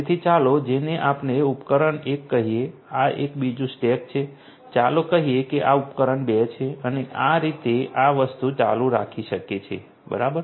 તેથી ચાલો જેને આપણે ઉપકરણ એક કહીએ આ એક બીજું સ્ટેક છે ચાલો કહીએ કે આ ઉપકરણ બે છે અને આ રીતે આ વસ્તુ ચાલુ રાખી શકે છે બરાબર